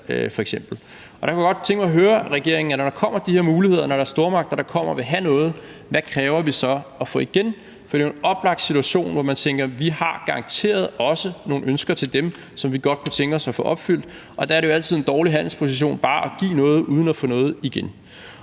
der kunne jeg godt tænke mig at høre regeringen: Når der kommer de her muligheder, altså når der er stormagter, der kommer og vil have noget, hvad kræver vi så at få igen? For det er jo en oplagt situation i forhold til at tænke: Vi har garanteret også nogle ønsker til dem, som vi godt kunne tænke os at få opfyldt. Og der er det jo altid en dårlig handelsposition bare at give noget uden at få noget igen.